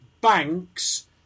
banks